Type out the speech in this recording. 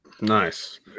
nice